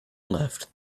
left